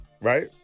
Right